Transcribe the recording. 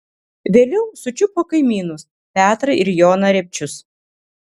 vėliau sučiupo kaimynus petrą ir joną repčius